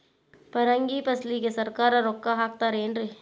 ಪರಂಗಿ ಫಸಲಿಗೆ ಸರಕಾರ ರೊಕ್ಕ ಹಾಕತಾರ ಏನ್ರಿ?